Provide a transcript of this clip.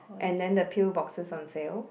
and then the pill boxes on sale